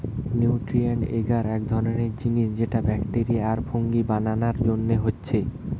nutrient এগার এক ধরণের জিনিস যেটা ব্যাকটেরিয়া আর ফুঙ্গি বানানার জন্যে হচ্ছে